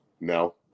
No